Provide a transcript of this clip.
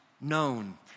known